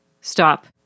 Stop